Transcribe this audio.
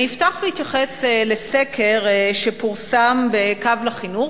אני אפתח ואתייחס לסקר שפורסם ב"קו לחינוך",